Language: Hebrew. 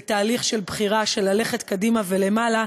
תהליך של בחירה ללכת קדימה ולמעלה,